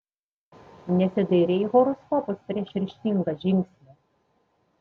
nesidairei į horoskopus prieš ryžtingą žingsnį